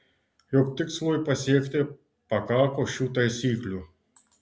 juk tikslui pasiekti pakako šių taisyklių